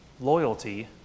loyalty